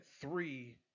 three